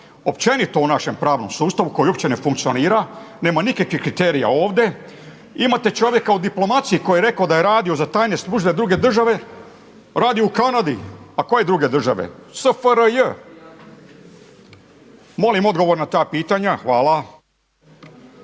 Općenito u našem pravnom sustavu koji uopće ne funkcionira nema nikakvih kriterija ovdje. Imate čovjeka u diplomaciji koji je rekao da je radio za tajne službe druge države, radio je u Kanadi. Pa koje druge države? SFRJ! Molim odgovor na ta pitanja. Hvala.